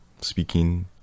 speaking